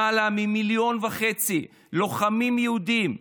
למעלה ממיליון וחצי לוחמים יהודים,